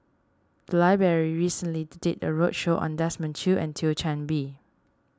the library recently did a roadshow on Desmond Choo and Thio Chan Bee